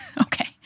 Okay